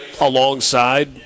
alongside